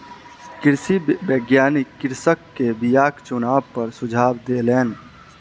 कृषि वैज्ञानिक कृषक के बीयाक चुनाव पर सुझाव देलैन